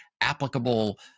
applicable